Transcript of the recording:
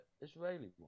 Israeli